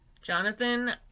jonathan